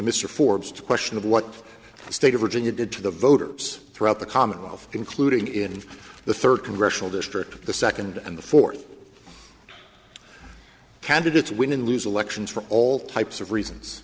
mr forbes to question of what state of virginia did to the voters throughout the commonwealth including in the third congressional district the second and the fourth candidates win lose elections for all types of reasons